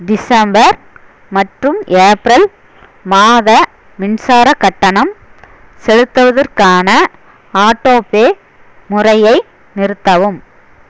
December மற்றும் April மாத மின்சாரக் கட்டணம் செலுத்துவதற்கான ஆட்டோபே முறையை நிறுத்தவும்